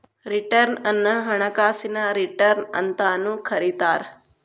return ಅನ್ನ ಹಣಕಾಸಿನ return ಅಂತಾನೂ ಕರಿತಾರ